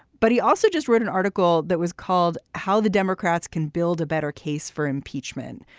but he also just wrote an article that was called how the democrats can build a better case for impeachment.